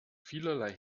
vielerlei